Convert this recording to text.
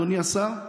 אדוני השר,